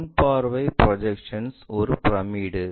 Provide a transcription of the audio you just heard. முன் பார்வை ப்ரொஜெக்ஷன்ஸ் ஒரு பிரமிடு